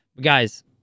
Guys